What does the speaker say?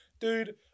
Dude